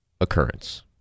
occurrence